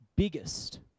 biggest